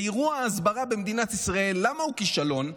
אירוע ההסברה במדינת ישראל, למה הוא כישלון?